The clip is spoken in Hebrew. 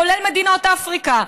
כולל מדינות אפריקה,